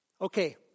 Okay